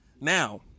Now